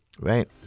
Right